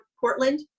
Portland